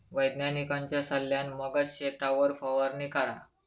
वैज्ञानिकांच्या सल्ल्यान मगच शेतावर फवारणी करा